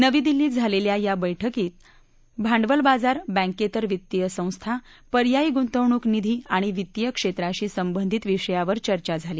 नवी दिल्लीत झालेल्या या बैठकीत भांडवल बाजार बँकेतर वित्तीय संस्था पर्यायी गुंतवणूक निधी आणि वित्तीय क्षेत्राशी संबंधीत विषयांवर चर्चा झाली